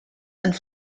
and